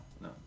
no